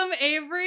Avery